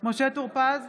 משה טור פז,